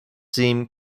seem